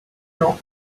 not